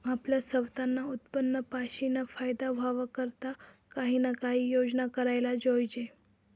आपलं सवतानं उत्पन्न पाशीन फायदा व्हवा करता काही ना काही योजना कराले जोयजे